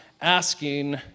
asking